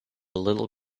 little